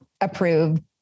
approved